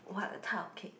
what type of cake